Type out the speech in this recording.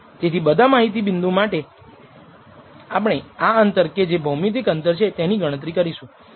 તેથી બધા માહિતી બિંદુ માટે આપણે આ અંતર કે જે ભૌમિતિક અંતર છે તેની ગણતરી કરીશું